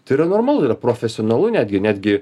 tai yra normalu yra profesionalu netgi netgi